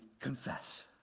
confess